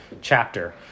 chapter